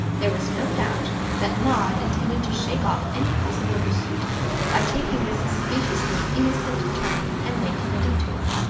there was no doubt that maud intended to shake off any possible pursuit by taking this speciously innocent turning and making a detour.